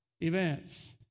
events